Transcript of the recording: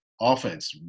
offense